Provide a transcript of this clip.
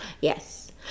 yes